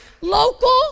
local